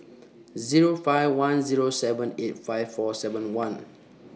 Zero five one Zero seven eight five four seven one